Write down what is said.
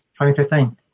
2015